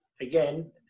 again